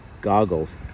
goggles